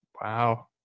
Wow